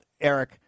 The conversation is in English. Eric